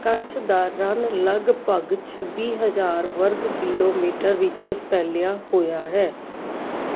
ਕੱਛ ਦਾ ਰਣ ਲਗਭਗ ਛੱਬੀ ਹਜ਼ਾਰ ਵਰਗ ਕਿਲੋਮੀਟਰ ਵਿੱਚ ਫੈਲਿਆ ਹੋਇਆ ਹੈ